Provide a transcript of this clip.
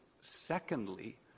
secondly